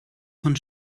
von